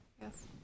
Yes